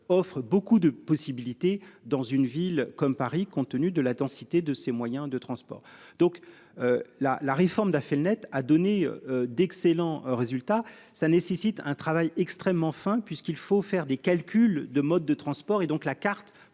Offrent beaucoup de possibilités dans une ville comme Paris, compte tenu de la densité de ces moyens de transport donc. La la réforme d'Affelnet a donné d'excellents résultats. Ça nécessite un travail extrêmement faim puisqu'il faut faire des calculs de mode de transport et donc la carte